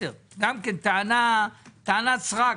גם כן, טענת סרק.